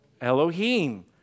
Elohim